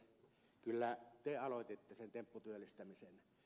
kyllä te aloititte sen tempputyöllistämisen